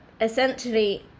Essentially